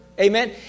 Amen